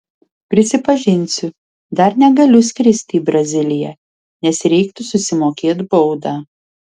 prisipažinsiu dar negaliu skristi į braziliją nes reiktų susimokėt baudą